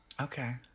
Okay